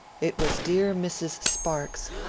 it was dear mrs. sparks,